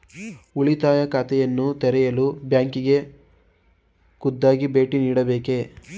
ಉಳಿತಾಯ ಖಾತೆಯನ್ನು ತೆರೆಯಲು ಬ್ಯಾಂಕಿಗೆ ಖುದ್ದಾಗಿ ಭೇಟಿ ನೀಡಬೇಕೇ?